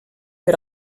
per